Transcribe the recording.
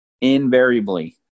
Invariably